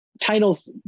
titles